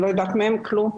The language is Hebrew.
אני לא יודעת מהן כלום,